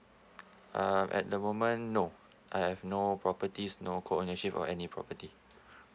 um at the moment no I've no properties no co ownership or any property